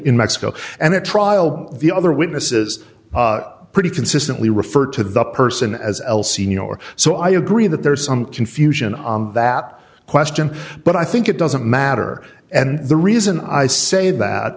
in mexico and the trial the other witnesses pretty consistently refer to the person as well senor so i agree that there is some confusion on that question but i think it doesn't matter and the reason i say that